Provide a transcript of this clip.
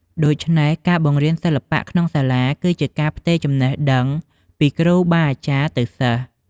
ដូច្នេះ ការបង្រៀនសិល្បៈក្នុងសាលា គឺជាការផ្ទេរចំណេះដឹងពីគ្រូបាអាចារ្យទៅសិស្ស។